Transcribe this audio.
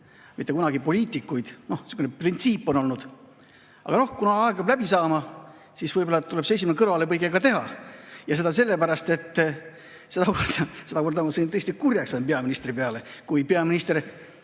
mitte kunagi poliitikuid. Niisugune printsiip on olnud. Aga, noh, kuna aeg hakkab läbi saama, siis võib-olla tuleb see esimene kõrvalepõige ka teha, ja seda sellepärast, et seekord ma sain tõesti kurjaks peaministri peale, kui peaminister